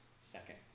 second